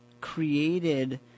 created